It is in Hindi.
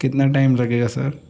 कितना टाइम लगेगा सर